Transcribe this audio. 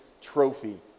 trophy